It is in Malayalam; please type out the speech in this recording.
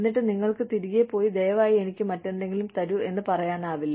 എന്നിട്ട് നിങ്ങൾക്ക് തിരികെ പോയി ദയവായി എനിക്ക് മറ്റെന്തെങ്കിലും തരൂ എന്ന് പറയാനാവില്ല